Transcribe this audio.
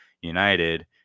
United